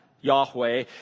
Yahweh